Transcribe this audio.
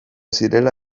zirela